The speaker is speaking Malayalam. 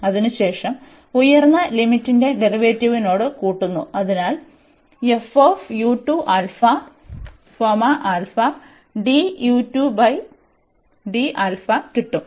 അതിനുശേഷം ഉയർന്ന ലിമിറ്റിന്റെ ഡെറിവേറ്റീവിനോട് കൂട്ടുന്നു അതിനാൽ കിട്ടും